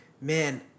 man